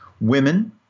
women